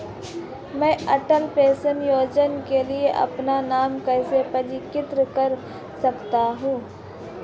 मैं अटल पेंशन योजना के लिए अपना नाम कैसे पंजीकृत कर सकता हूं?